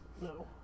No